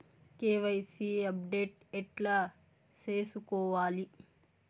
KYC update ఎట్లా సేసుకోవాలి?